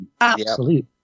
absolute